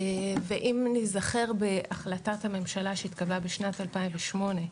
ואם ניזכר בהחלטת הממשלה שהתקבלה בשנת 2008,